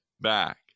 back